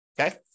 okay